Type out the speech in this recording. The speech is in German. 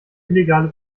illegale